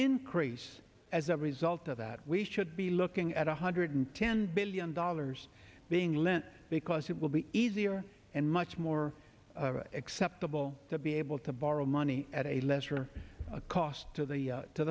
increase as a result of that we should be looking at one hundred ten billion dollars being lent because it will be easier and much more acceptable to be able to borrow money at a lesser cost to the to